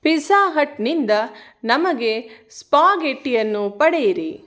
pizza ಹಟ್ನಿಂದ ನಮಗೆ ಸ್ಪಾಗೆಟ್ಟಿಯನ್ನು ಪಡೆಯಿರಿ